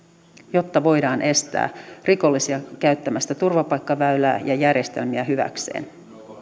jotta voidaan estää rikollisia käyttämästä turvapaikkaväylää ja järjestelmiä hyväkseen